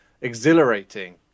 exhilarating